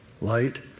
light